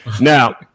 Now